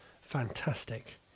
fantastic